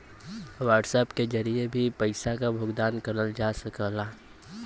WhatsApp के जरिए भी पइसा क भुगतान करल जा सकला